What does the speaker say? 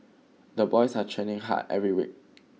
the boys are training hard every week